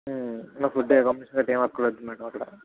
food ఏమి అక్కరలేదు madam అక్కడ